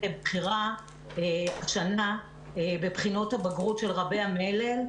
בחירה השנה בבחינות הבגרות של רבי המלל.